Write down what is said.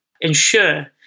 ensure